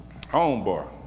homeboy